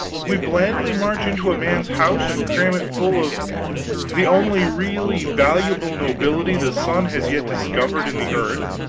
we blandly march into a man's house, and cram it full of the only really valuable nobility the sun has yet discovered in the earth,